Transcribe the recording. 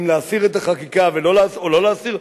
אם להסיר את החקיקה או לא להסיר.